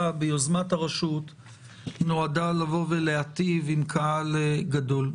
ביוזמת הרשות נועדה לבוא ולהיטיב עם קהל גדול.